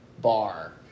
bar